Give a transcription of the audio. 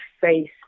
face